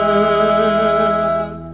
earth